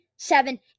seven